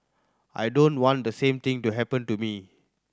I don't want the same thing to happen to me